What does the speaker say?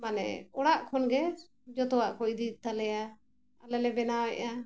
ᱢᱟᱱᱮ ᱚᱲᱟᱜ ᱠᱷᱚᱱ ᱜᱮ ᱡᱚᱛᱚᱣᱟᱜ ᱠᱚ ᱤᱫᱤᱭᱮᱫ ᱛᱟᱞᱮᱭᱟ ᱟᱞᱮ ᱞᱮ ᱵᱮᱱᱟᱣᱮᱜᱼᱟ